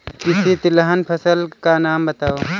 किसी तिलहन फसल का नाम बताओ